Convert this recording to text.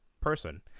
person